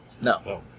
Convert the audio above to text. No